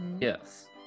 Yes